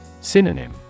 Synonym